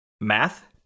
math